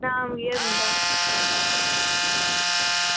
नाम केह् ऐ '